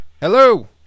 Hello